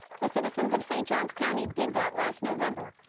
the citizens of st. johns county did that last november.